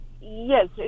Yes